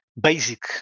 basic